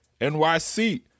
NYC